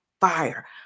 fire